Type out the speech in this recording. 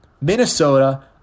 Minnesota